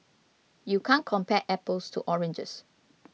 you can't compare apples to oranges